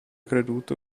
creduto